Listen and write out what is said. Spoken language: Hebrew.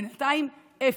בינתיים אפס,